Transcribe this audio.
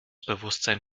bewusstsein